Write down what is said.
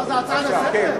מה זה, הצעה לסדר?